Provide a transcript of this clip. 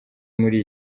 muri